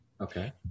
Okay